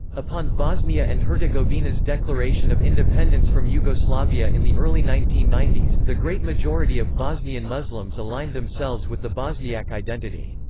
upon bosnia and herzegovina's declaration of independence from yugoslavia in the early nineteen ninety s, the great majority of bosnian muslims aligned themselves with the bosniak identity.